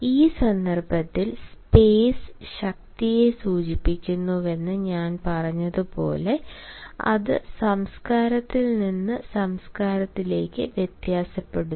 ഈ സന്ദർഭത്തിൽ സ്പേസ് ശക്തിയെ സൂചിപ്പിക്കുന്നുവെന്ന് ഞാൻ പറഞ്ഞതുപോലെ അത് സംസ്കാരത്തിൽ നിന്ന് സംസ്കാരത്തിലേക്ക് വ്യത്യാസപ്പെടുന്നു